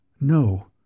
no